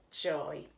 joy